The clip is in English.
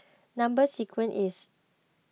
Number Sequence is